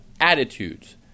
attitudes